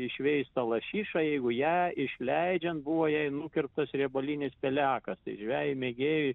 išveistą lašišą jeigu ją išleidžiant buvo jai nukirptas riebalinis pelekas tai žvejui mėgėjui